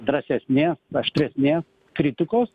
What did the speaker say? drąsesnės aštresnės kritikos